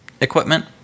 equipment